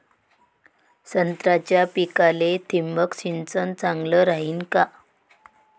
संत्र्याच्या पिकाले थिंबक सिंचन चांगलं रायीन का?